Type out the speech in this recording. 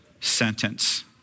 sentence